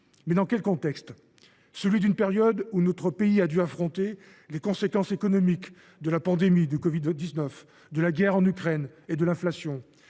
Mais dans quel contexte ? Celui d’une période où notre pays a dû affronter les conséquences économiques de la pandémie de covid 19, de la guerre en Ukraine et de l’inflation,